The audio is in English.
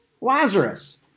Lazarus